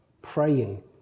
praying